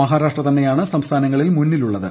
മഹാരാഷ്ട്ര തന്നെയാണ് സംസ്ഥാനങ്ങളിൽ മുന്നിലുള്ളത്